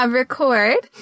record